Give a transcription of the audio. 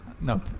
Nope